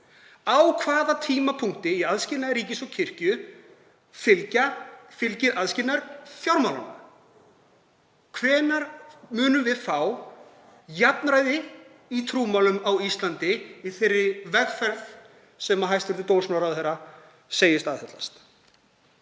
Á hvaða tímapunkti í aðskilnaði ríkis og kirkju fylgir aðskilinaður fjármálunum? Hvenær munum við fá jafnræði í trúmálum á Íslandi í þeirri vegferð sem hæstv. dómsmálaráðherra segist aðhyllast?